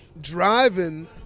Driving